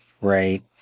right